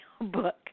book